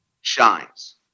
shines